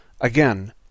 Again